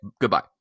Goodbye